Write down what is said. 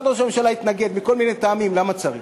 משרד ראש הממשלה התנגד מכל מיני טעמים, למה צריך?